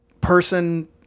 person